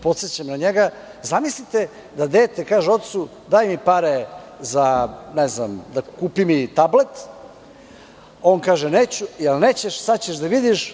Podsećam na njega, zamislite da dete kaže - ocu daj mi pare za ne znam, kupi mi tablet, on kaže - neću, - jel nećeš, sada ćeš da vidiš.